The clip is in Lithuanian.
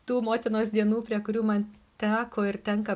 tų motinos dienų prie kurių man teko ir tenka